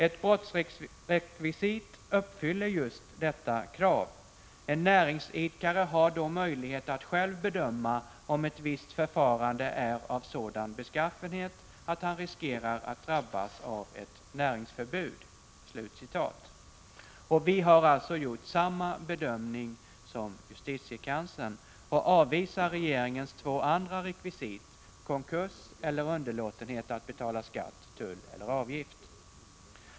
Ett brottsrekvisit uppfyller just detta krav. En näringsidkare har då möjlighet att själv bedöma om ett visst förfarande är av sådan beskaffenhet att han riskerar att drabbas av ett näringsförbud.” Vi har alltså gjort samma bedömning som justitiekanslern och avvisar regeringens två andra rekvisit, konkurs eller underlåtenhet att betala skatt, tull eller avgift.